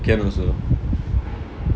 can also